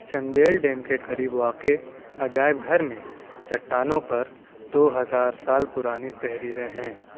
Chandel dam کے قریب واقع عجائب گھر میں چٹانوں پر دو ہزار سال پرانی تحریریں ہیں